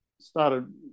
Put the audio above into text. started